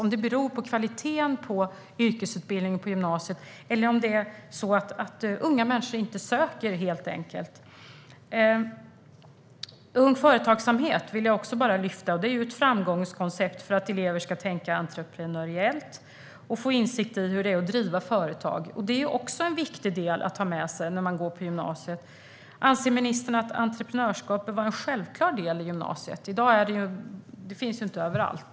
Beror det på kvaliteten på yrkesutbildningen på gymnasiet eller söker unga människor helt enkelt inte? Ung Företagsamhet vill jag också lyfta fram. Det är ju ett framgångskoncept för att elever ska tänka entreprenöriellt och få insikt i hur det är att driva företag. Det är också en viktig del att ha med sig när man går på gymnasiet. Anser ministern att entreprenörskap bör vara en självklar del i gymnasiet? I dag finns det ju inte överallt.